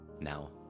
Now